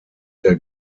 der